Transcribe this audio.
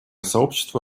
сообщество